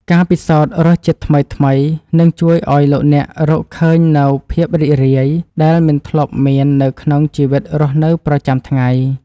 ការពិសោធន៍រសជាតិថ្មីៗនឹងជួយឱ្យលោកអ្នករកឃើញនូវភាពរីករាយដែលមិនធ្លាប់មាននៅក្នុងជីវិតរស់នៅប្រចាំថ្ងៃ។